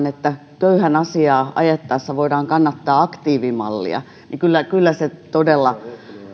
että köyhän asiaa ajettaessa voidaan kannattaa aktiivimallia kyllä kyllä se todella